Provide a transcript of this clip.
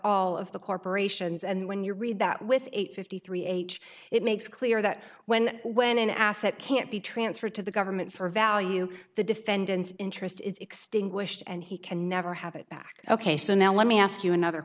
all of the corporations and when you read that with eight fifty three h it makes clear that when when an asset can't be transferred to the government for value the defendant's interest is extinguished and he can never have it back ok so now let me ask you another